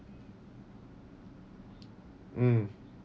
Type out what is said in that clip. mm